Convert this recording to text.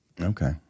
Okay